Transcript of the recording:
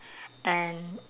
and